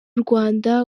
rwanda